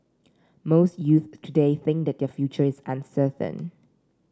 most youths today think that their future is uncertain